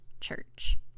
Church